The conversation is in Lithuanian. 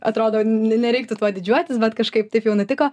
atrodo nereiktų tuo didžiuotis bet kažkaip taip jau nutiko